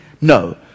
No